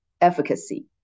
efficacy